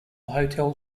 hotel